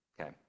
Okay